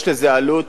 יש לזה עלות,